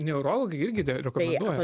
neurologai irgi rekomenduoja